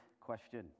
question